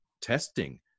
testing